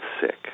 sick